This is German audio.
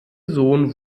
sohn